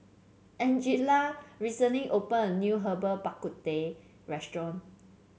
Angella recently opened a new Herbal Bak Ku Teh Restaurant